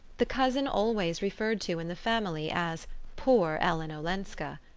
the cousin always referred to in the family as poor ellen olenska.